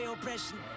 oppression